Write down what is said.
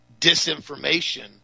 disinformation